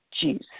juice